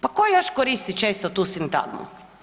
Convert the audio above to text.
Pa tko još koriti često tu sintagmu?